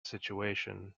situation